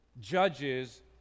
judges